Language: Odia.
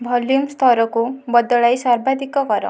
ଭଲ୍ୟୁମ୍ ସ୍ତରକୁ ବଦଳାଇ ସର୍ବାଧିକ କର